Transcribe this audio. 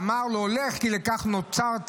ואמר לו: לך, כי לכך נוצרת,